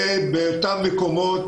באותם מקומות,